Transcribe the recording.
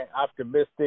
optimistic